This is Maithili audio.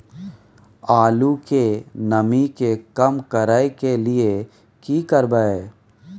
आलू के नमी के कम करय के लिये की करबै?